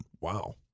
Wow